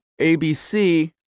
ABC